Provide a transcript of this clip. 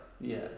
Yes